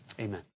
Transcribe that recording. Amen